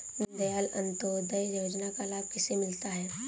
दीनदयाल अंत्योदय योजना का लाभ किसे मिलता है?